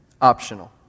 optional